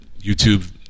YouTube